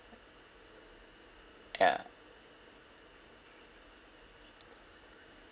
ya